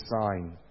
sign